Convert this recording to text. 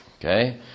Okay